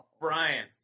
Brian